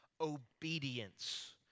obedience